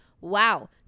wow